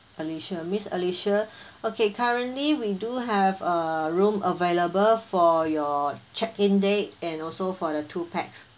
alicia miss alicia okay currently we do have a room available for your check-in date and also for the two pax